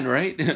right